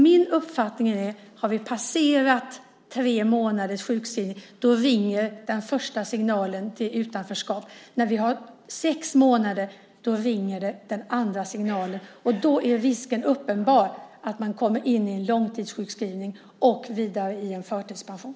Min uppfattning är att om vi har passerat tre månaders sjukskrivning ringer den första signalen om utanförskap. Efter sex månader ringer den andra signalen, och då är risken uppenbar att man kommer in i långtidssjukskrivning och vidare i förtidspension.